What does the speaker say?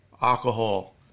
Alcohol